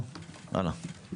הלאה.